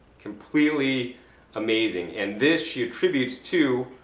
completely amazing. and this she attributes to,